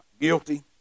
guilty